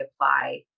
apply